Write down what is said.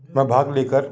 में भाग ले कर